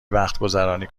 وقتگذرانی